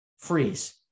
freeze